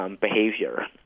Behavior